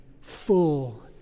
full